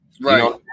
right